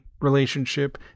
relationship